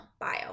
bio